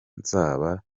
nzaba